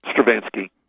Stravinsky